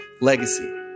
Legacy